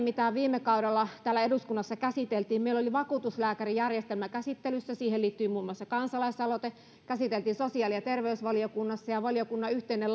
mitä viime kaudella täällä eduskunnassa käsiteltiin meillä oli vakuutuslääkärijärjestelmä käsittelyssä siihen liittyi muun muassa kansalaisaloite asiaa käsiteltiin sosiaali ja terveysvaliokunnassa ja valiokunnan yhteinen